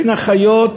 בין אחיות,